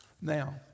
Now